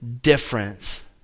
difference